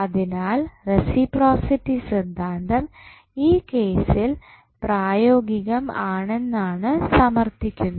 അതിനാൽ റസിപ്രോസിറ്റി സിദ്ധാന്തം ഈ കേസിൽ പ്രായോഗികം ആണെന്നാണ് സമർത്ഥിക്കുന്നത്